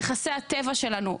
נכסי הטבע שלנו,